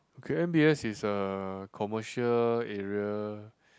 okay M_b_S is a commercial area